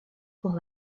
pour